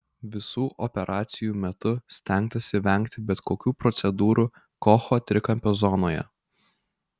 visų operacijų metu stengtasi vengti bet kokių procedūrų kocho trikampio zonoje